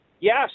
Yes